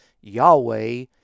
Yahweh